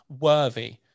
worthy